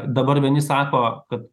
dabar vieni sako kad